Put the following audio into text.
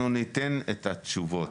אנחנו ניתן את התשובות,